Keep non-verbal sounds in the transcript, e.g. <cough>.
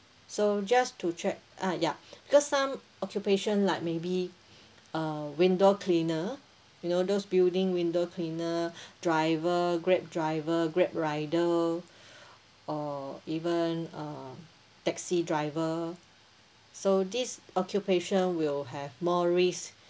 so just to check ah yup because some occupation like maybe uh window cleaner you know those building window cleaner <breath> driver grab driver grab rider <breath> or even a taxi driver so this occupation will have more risk